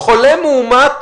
חולה מאומת,